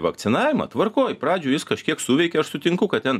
vakcinavimą tvarkoj pradžioj jis kažkiek suveikė aš sutinku kad ten